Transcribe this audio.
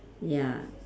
ya